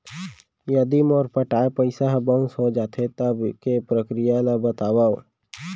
यदि मोर पटाय पइसा ह बाउंस हो जाथे, तब के प्रक्रिया ला बतावव